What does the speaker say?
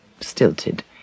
stilted